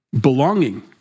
belonging